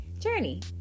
journey